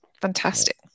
Fantastic